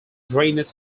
drainage